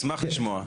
נשמח לשמוע.